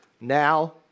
Now